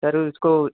sir उसको